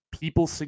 people